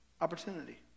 opportunity